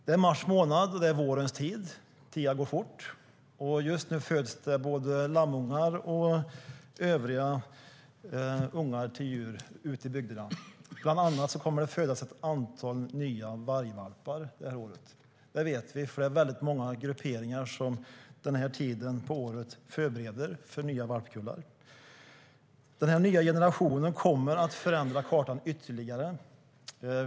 Det är mars månad, och det är vårens tid. Tiden går fort. Just nu föds lammungar och andra ungar till djuren ute i bygderna. Bland annat kommer det att födas ett antal nya vargvalpar i år. Det vet vi eftersom det finns många grupperingar som den här tiden på året förbereder för nya valpkullar. Den nya generationen kommer att förändra kartan ytterligare.